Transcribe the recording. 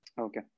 Okay